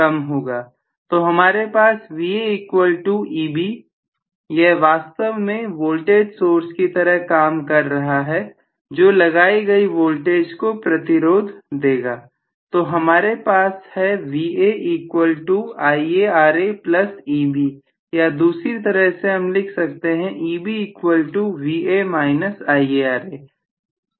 तो हमारे पास Va इक्वल टू Eb यह वास्तव में वोल्टेज सोर्स की तरह काम कर रहा है जो लगाई गई वोल्टेज को प्रतिरोध देगा तो हमारे पास है Va equal to IaRa plus Eb या दूसरी तरह से हम लिख सकते हैं Eb equal to Va minus IaRa